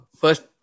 first